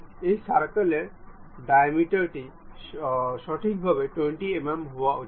এই সার্কেলের ডায়ামিটার টি সঠিকভাবে 20 mm হওয়া উচিত